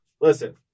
listen